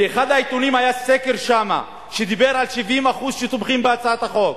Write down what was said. באחד העיתונים היה סקר שדיבר על 70% שתומכים בהצעת החוק,